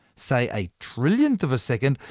say a trillionth of a second,